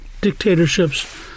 dictatorship's